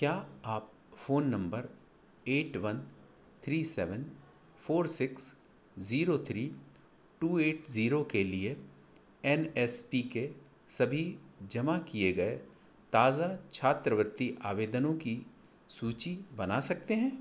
क्या आप phone number eight one three seven four six zero three two eight zero के लिए N S P के सभी जमा किए गए ताज़ा छात्रवृत्ति आवेदनों की सूची बना सकते हैं